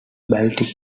baltic